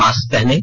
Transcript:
mask पहनें